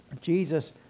Jesus